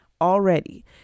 already